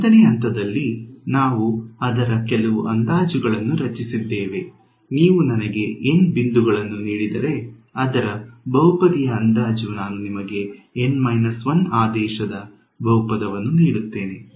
1 ನೇ ಹಂತ ದಲ್ಲಿ ನಾವು ಅದರ ಕೆಲವು ಅಂದಾಜುಗಳನ್ನು ರಚಿಸಿದ್ದೇವೆ ನೀವು ನನಗೆ N ಬಿಂದುಗಳನ್ನು ನೀಡಿದರೆ ಅದರ ಬಹುಪದೀಯ ಅಂದಾಜು ನಾನು ನಿಮಗೆ N 1 ಆದೇಶದ ಬಹುಪದವನ್ನು ನೀಡುತ್ತೇನೆ